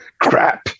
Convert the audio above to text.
Crap